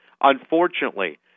Unfortunately